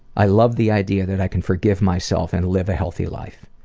i love the idea that i can forgive myself and live a healthy life.